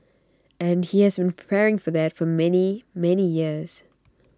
and he has preparing for that for many many years